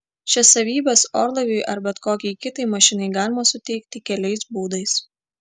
šias savybes orlaiviui ar bet kokiai kitai mašinai galima suteikti keliais būdais